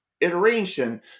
iteration